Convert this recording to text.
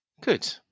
Good